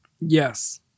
Yes